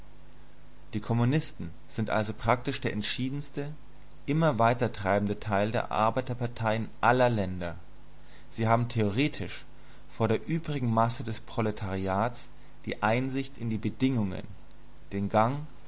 die kommunisten sind also praktisch der entschiedenste immer weitertreibende teil der arbeiterparteien aller länder sie haben theoretisch vor der übrigen masse des proletariats die einsicht in die bedingungen den gang